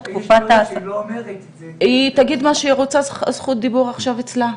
היא תגיד מה שהיא רוצה, זכות הדיבור עכשיו אצלה.